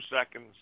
seconds